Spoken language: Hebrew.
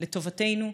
לטובתנו,